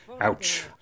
Ouch